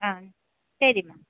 ஆ சரிம்மா